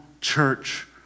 church